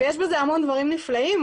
יש בזה המון דברים נפלאים,